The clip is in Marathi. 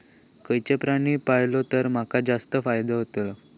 खयचो प्राणी पाळलो तर माका जास्त फायदो होतोलो?